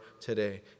today